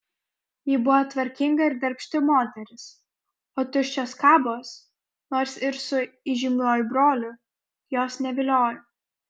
ji buvo tvarkinga ir darbšti moteris o tuščios kabos nors ir su įžymiuoju broliu jos neviliojo